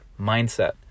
mindset